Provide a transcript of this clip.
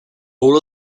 all